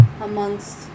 amongst